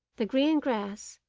the green grass,